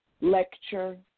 lecture